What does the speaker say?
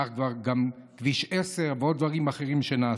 כך גם כביש 10 ודברים אחרים שנעשו.